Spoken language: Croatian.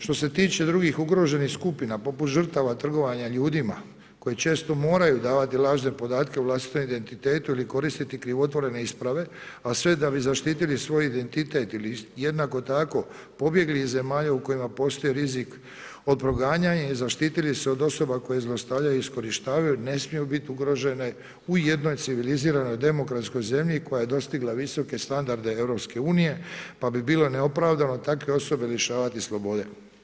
Što se tiče drugih ugroženih skupina, poput žrtava trgovanja ljudima, koje često moraju davati lažne podatke o vlastitom indentitetu ili koristiti krivotvorene isprave, a sve da bi zaštitili svoj identitet ili jednako tako pobjegli iz zemalja u kojima postoji rizik od proganjanja i zaštitili se od osoba koje zlostavljaju i iskorištavaju, ne smiju biti ugrožene u jednoj civiliziranoj, demokratskoj zemlji koja je dostigla visoke standarde EU, pa bi bilo neopravdano takve osobe lišavati slobode.